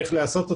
איך לעשות אותו,